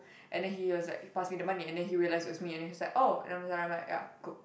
and then he was like he passed me the money and then he realised it was me and then he was like oh and I'm I'm like ya cool